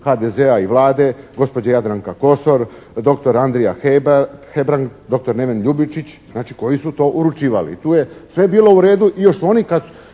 HDZ-a i Vlade gospođa Jadranka Kosor, doktor Andrija Hebrang, doktor Neven Ljubičić, znači koji su to uručivali. I tu je sve bilo u redu jer su oni kad